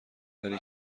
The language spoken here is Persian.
ولی